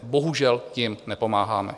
Bohužel jim nepomáháme.